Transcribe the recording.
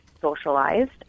socialized